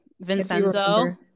Vincenzo